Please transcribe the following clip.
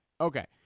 Okay